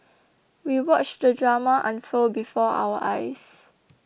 we watched the drama unfold before our eyes